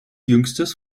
jüngstes